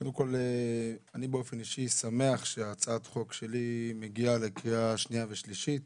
קודם כל אני באופן אישי שמח שהצעת החוק שלי מגיעה לקריאה שנייה ושלישית.